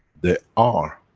they are,